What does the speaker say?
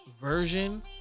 version